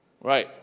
Right